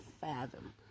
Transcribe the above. fathom